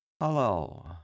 Hello